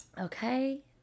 Okay